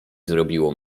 zrobiło